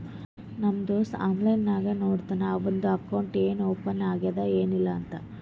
ನಮ್ ದೋಸ್ತ ಆನ್ಲೈನ್ ನಾಗೆ ನೋಡ್ತಾನ್ ಅವಂದು ಅಕೌಂಟ್ ಇನ್ನಾ ಓಪನ್ ಆಗ್ಯಾದ್ ಏನಿಲ್ಲಾ ಅಂತ್